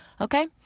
Okay